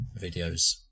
videos